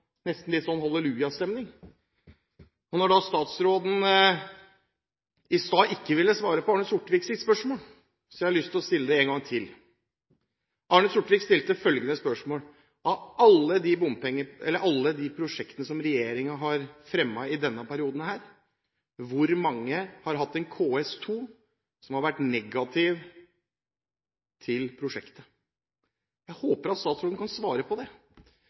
nesten hallelujastemning. Når statsråden i stad ikke ville svare på Arne Sorteviks spørsmål, har jeg lyst til å stille det en gang til. Arne Sortevik stilte følgende spørsmål: «Jeg vil be statsråden svare på hvor mange av de øvrige bompengeprosjektene som i denne periode har vært fremmet, har en KS2-rapport som klart fraråder gjennomføring av prosjektet?» Jeg håper at statsråden kan svare på det.